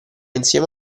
insieme